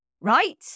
right